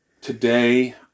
Today